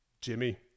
Jimmy